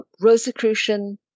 Rosicrucian